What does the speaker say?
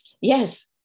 Yes